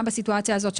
גם בסיטואציה הזאת,